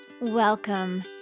Welcome